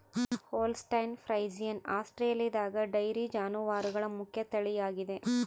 Holstein Friesian ಆಸ್ಟ್ರೇಲಿಯಾದಗ dairy ಜಾನುವಾರುಗಳ ಮುಖ್ಯ ತಳಿಯಾಗಿದೆ